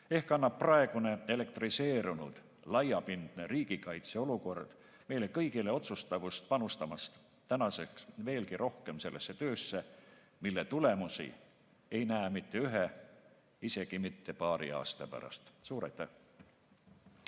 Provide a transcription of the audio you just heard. Ehk annab praegune elektriseerunud laiapindse riigikaitse olukord meile kõigile otsustavust panustamaks veelgi rohkem sellesse töösse, mille tulemusi ei näe mitte ühe, isegi mitte paari aasta pärast. Suur aitäh!